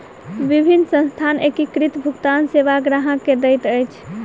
विभिन्न संस्थान एकीकृत भुगतान सेवा ग्राहक के दैत अछि